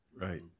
right